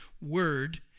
word